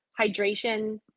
hydration